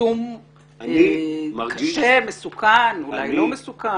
כרסום קשה ומסוכן, ואולי לא מסוכן?